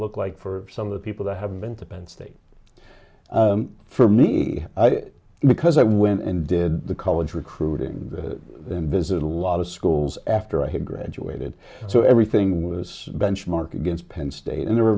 look like for some of the people that haven't been to penn state for me because i went and did the college recruiting visit a lot of schools after i had graduated so everything was benchmark against penn state and there